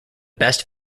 best